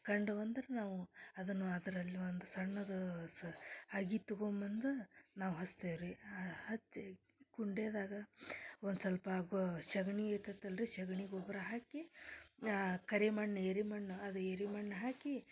ಕಂಡವು ಅಂದ್ರೆ ನಾವು ಅದನ್ನು ಅದರಲ್ಲಿ ಒಂದು ಸಣ್ಣದು ಸ ಅಗಿ ತಗೊಬಂದು ನಾವು ಹಚ್ತೇವ್ ರೀ ಆ ಹಚ್ಚಿ ಕುಂಡೆದಾಗ ಒಂದು ಸ್ವಲ್ಪ ಗೊ ಸಗಣಿ ಇರ್ತೈತಲ್ಲ ರೀ ಸಗಣಿ ಗೊಬ್ಬರ ಹಾಕಿ ಕರೆ ಮಣ್ಣು ಏರಿ ಮಣ್ಣು ಅದು ಏರಿ ಮಣ್ಣು ಹಾಕಿ